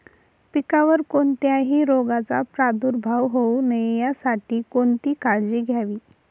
पिकावर कोणत्याही रोगाचा प्रादुर्भाव होऊ नये यासाठी कोणती काळजी घ्यावी?